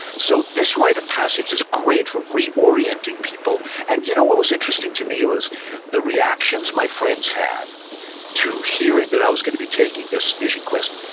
so this rite of passage is great for reorienting people and you know what was interesting to me was the reactions my friends had to hearing that i was going to be taking this vision quest.